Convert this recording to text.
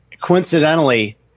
Coincidentally